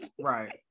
right